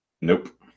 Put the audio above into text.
Nope